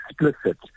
explicit